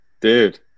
Dude